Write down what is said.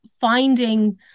finding